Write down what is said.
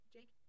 Jake